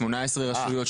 18 רשויות,